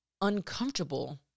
uncomfortable